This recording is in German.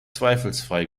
zweifelsfrei